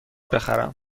بخرم